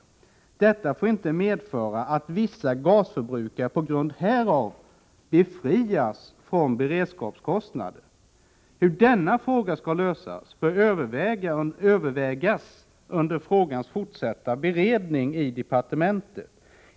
Detta får inte medföra att vissa gasförbrukare på grund härav befrias från beredskapskostnader. Hur denna fråga skall lösas bör övervägas under frågans fortsatta beredning i departementet.